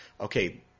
okay